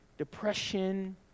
depression